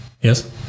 yes